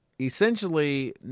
essentially